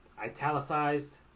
italicized